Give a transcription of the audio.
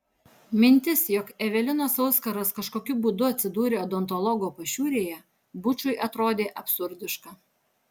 mintis jog evelinos auskaras kažkokiu būdu atsidūrė odontologo pašiūrėje bučui atrodė absurdiška